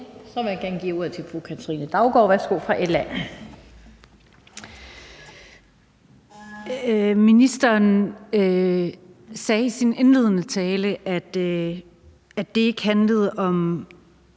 Ministeren sagde i sin indledende tale, at en værdig